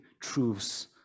truths